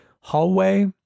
hallway